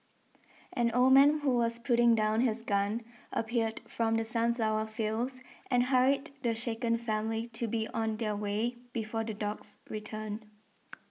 an old man who was putting down his gun appeared from the sunflower fields and hurried the shaken family to be on their way before the dogs return